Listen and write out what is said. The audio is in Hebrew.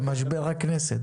למשבר הכנסת.